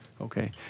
Okay